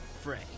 fray